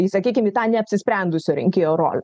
į sakykim į tą neapsisprendusio rinkėjo rolę